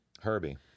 herbie